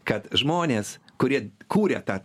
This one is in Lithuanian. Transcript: kad žmonės kurie kuria tą